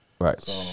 Right